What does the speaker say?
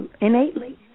innately